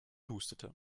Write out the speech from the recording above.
hustete